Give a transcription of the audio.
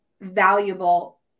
valuable